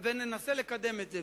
וננסה לקדם את זה.